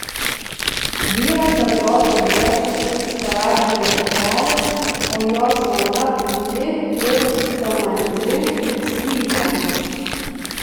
vyras atrodo liesas kaip šparaginė pupelė o jo žmona putli ir stamantri lyg slyva